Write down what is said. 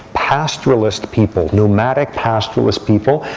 pastoralist people, nomadic pastoralists people,